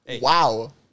Wow